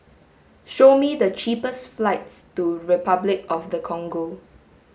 show me the cheapest flights to Repuclic of the Congo